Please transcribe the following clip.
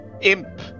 imp